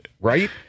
Right